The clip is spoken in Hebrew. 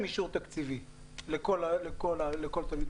בעזרת השם --- כל התלמידים שילמדו ייבחנו,